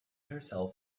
herself